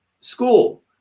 school